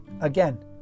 Again